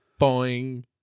Boing